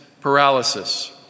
paralysis